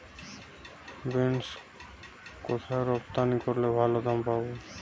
Beans কোথায় রপ্তানি করলে ভালো দাম পাব?